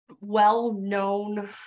well-known